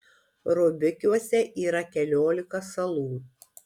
rubikiuose yra keliolika salų